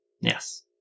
Yes